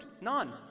none